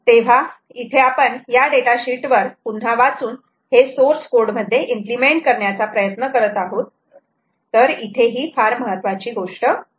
तेव्हा इथे आपण या डेटा शीट वर पुन्हा वाचून हे सोर्स कोड मध्ये इम्प्लिमेंट करण्याचा प्रयत्न करत आहोत तर इथे ही महत्त्वाची गोष्ट आहे